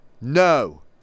no